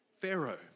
Pharaoh